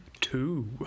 two